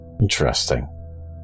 interesting